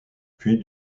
puis